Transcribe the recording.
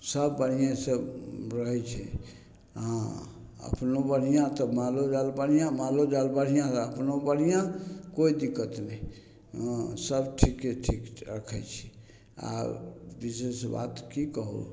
सब बढ़िएँसे रहै छै हँ अपनो बढ़िआँ तऽ मालोजाल बढ़िआँ मालोजाल बढ़िआँ रहल तऽ अपनो बढ़िआँ कोइ दिक्कत नहि हँ सब ठिके ठीक राखै छी आआरे विशेष बात कि कहू